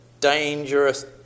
dangerous